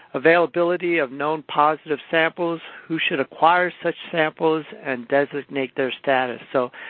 availability of known positives samples, who should acquire such samples and their status? so,